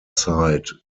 site